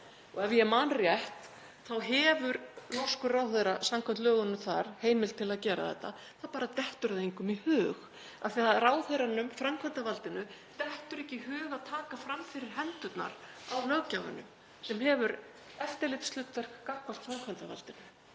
Ef ég man rétt þá hefur norskur ráðherra samkvæmt lögunum þar heimild til að gera þetta. Það bara dettur það engum í hug, af því að ráðherranum, framkvæmdarvaldinu, dettur ekki í hug að taka fram fyrir hendurnar á löggjafanum sem hefur eftirlitshlutverk gagnvart framkvæmdarvaldinu.